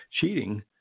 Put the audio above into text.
Cheating